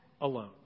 alone